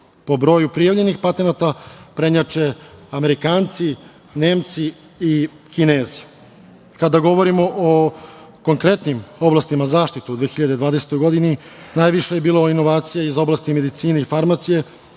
Po broju prijavljenih patenata prednjače Amerikanci, Nemci i Kinezi. Kada govorimo o konkretnim oblastima zaštite u 2020. godine, najviše je bilo inovacija iz oblasti medicine i faramcije,